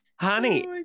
Honey